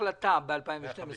זה בהחלט מגיע לנו.